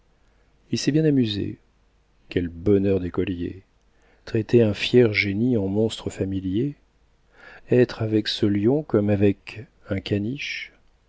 il s'est bien amusé quel bonheur d'écolier traiter un fier génie en monstre familier être avec ce lion comme avec un caniche